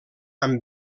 amb